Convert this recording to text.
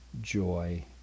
joy